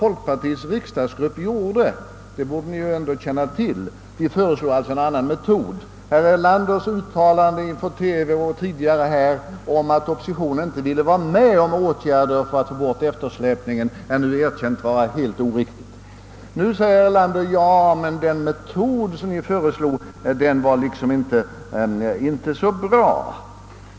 Folkpartiets riksdagsgrupp gjorde ett uttalande som herr Erlander borde känna till. Herr Erlanders uttalande inför TV och tidigare här om att oppositionen inte ville vara med om åtgärder för att få bort eftersläpningen är helt oriktigt, vilket nu har fastslagits. Nu säger herr Erlander att den metod som vi föreslog inte var så bra.